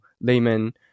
layman